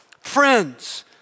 Friends